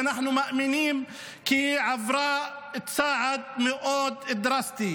אנחנו מאמינים כי היא עברה צעד מאוד דרסטי: